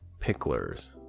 picklers